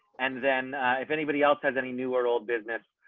and then if anybody else has any new world business.